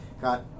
got